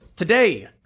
Today